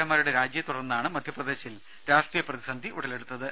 എമാരുടെ രാജിയെത്തുടർന്നാണ് മധ്യപ്രദേശിൽ രാഷ്ട്രീയ പ്രതിസന്ധി ഉടലെടുത്തത്